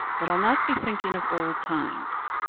but i'll not be thinking of old times.